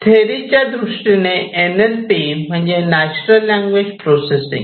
theory च्या दृष्टीने N L P म्हणजे नॅचरल लैंग्वेज प्रोसेस प्रोसेसिंग